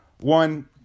One